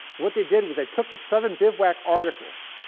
what they did was they took the southern bivouac articles,